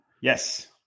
Yes